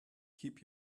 keep